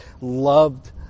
loved